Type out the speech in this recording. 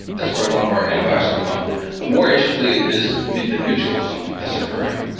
that's where a lot of our antivirus come from but more interestingly is the mutualism that's occurring,